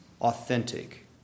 authentic